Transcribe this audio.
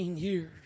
years